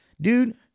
dude